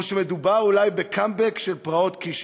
או שמדובר אולי בקמבק של פרעות קישינב.